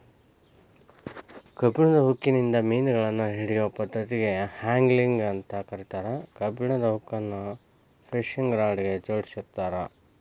ಕಬ್ಬಣದ ಹುಕ್ಕಿನಿಂದ ಮಿನುಗಳನ್ನ ಹಿಡಿಯೋ ಪದ್ದತಿಗೆ ಆಂಗ್ಲಿಂಗ್ ಅಂತ ಕರೇತಾರ, ಕಬ್ಬಣದ ಹುಕ್ಕನ್ನ ಫಿಶಿಂಗ್ ರಾಡ್ ಗೆ ಜೋಡಿಸಿರ್ತಾರ